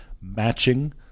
matching